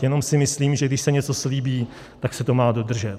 Jenom si myslím, že když se něco slíbí, tak se to má dodržet.